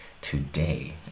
Today